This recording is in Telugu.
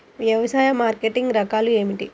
వ్యవసాయ మార్కెటింగ్ రకాలు ఏమిటి?